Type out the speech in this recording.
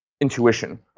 intuition